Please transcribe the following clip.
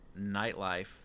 nightlife